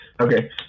okay